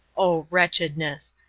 oh, wretchedness!